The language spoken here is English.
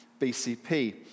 BCP